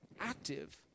active